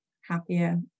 happier